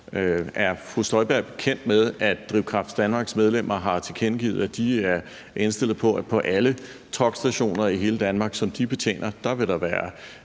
Inger Støjberg bekendt med, at Drivkraft Danmarks medlemmer har tilkendegivet, at de er indstillet på, at på alle truckstationer i hele Danmark, som de betjener, vil der være